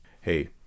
Hey